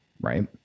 right